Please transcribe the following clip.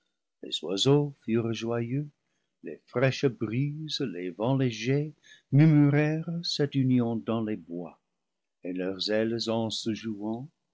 les oiseaux furent joyeux les fraîches brises les vents légers murmurèrent cette union dans les bois et leurs ailes